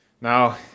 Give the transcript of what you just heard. Now